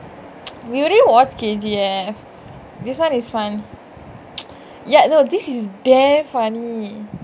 you already watch K_G eh this one is funny ya this is damn funny